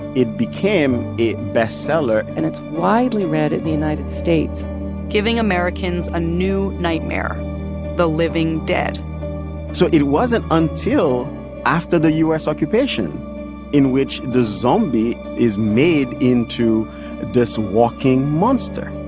it became a best-seller and it's widely read in the united states giving americans a new nightmare the living dead so it wasn't until after the u s. occupation in which the zombie is made into this walking monster.